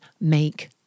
make